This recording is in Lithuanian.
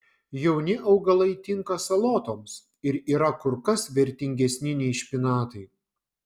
jauni augalai tinka salotoms ir yra kur kas vertingesni nei špinatai